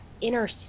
inner